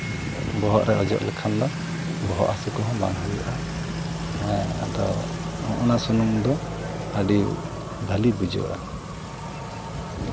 ᱵᱚᱦᱚᱜ ᱨᱮ ᱚᱡᱚᱜ ᱞᱮᱠᱷᱟᱱ ᱫᱚ ᱵᱚᱦᱚᱜ ᱦᱟᱹᱥᱩ ᱠᱚᱦᱚᱸ ᱵᱟᱝ ᱦᱩᱭᱩᱜᱼᱟ ᱦᱮᱸ ᱟᱫᱚ ᱚᱱᱟ ᱥᱩᱱᱩᱢ ᱫᱚ ᱟᱹᱰᱤ ᱵᱷᱟᱞᱮ ᱵᱩᱡᱩᱜᱼᱟ